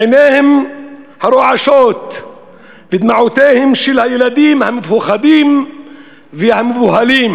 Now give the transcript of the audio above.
עיניהם הרועשות ודמעותיהם של הילדים המפוחדים והמבוהלים,